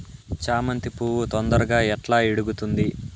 చామంతి పువ్వు తొందరగా ఎట్లా ఇడుగుతుంది?